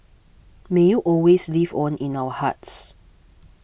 may you always live on in our hearts